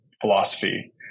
philosophy